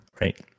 right